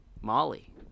Molly